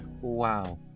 Wow